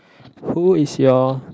who is your